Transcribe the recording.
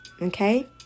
Okay